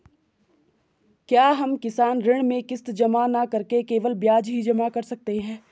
क्या हम किसान ऋण में किश्त जमा न करके केवल ब्याज ही जमा कर सकते हैं?